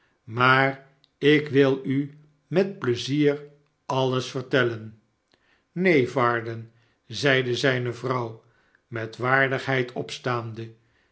maar ik wil u met pleizier alles vertellen sneen varden zeide zijne vrouw met waardigheid opstaande